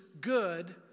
good